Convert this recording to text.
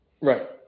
Right